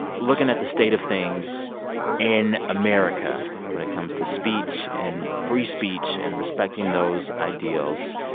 looking at the state of things in america when it comes to speech and free speech and respecting those ideals,